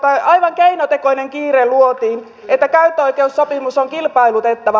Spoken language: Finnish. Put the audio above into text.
aivan keinotekoinen kiire luotiin että käyttöoikeussopimus on kilpailutettava